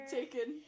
taken